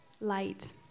light